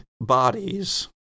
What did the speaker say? bodies